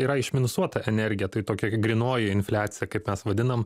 yra išminusuota energija tai tokia grynoji infliacija kaip mes vadinam